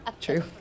true